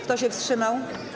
Kto się wstrzymał?